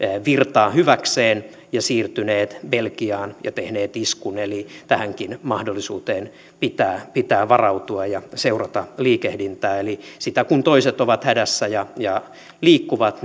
virtaa hyväkseen ja siirtyneet belgiaan ja tehneet iskun eli tähänkin mahdollisuuteen pitää pitää varautua ja seurata liikehdintää eli sitä että kun toiset ovat hädässä ja ja liikkuvat